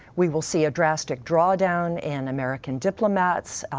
we will see a drastic drawdown in american diplomats.